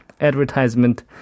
advertisement